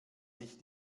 sich